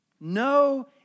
no